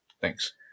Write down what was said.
Thanks